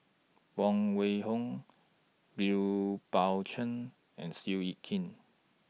Huang Wenhong Liu Pao Chuen and Seow Yit Kin